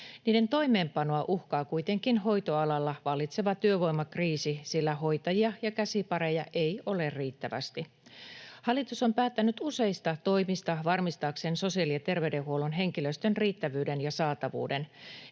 Niiden toimeenpanoa uhkaa kuitenkin hoitoalalla vallitseva työvoimakriisi, sillä hoitajia ja käsipareja ei ole riittävästi. Hallitus on päättänyt useista toimista varmistaakseen sosiaali- ja terveydenhuollon henkilöstön riittävyyden ja saatavuuden.